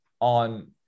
on